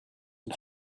and